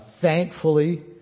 Thankfully